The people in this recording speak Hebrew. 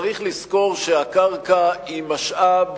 צריך לזכור שהקרקע היא משאב